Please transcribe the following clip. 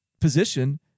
position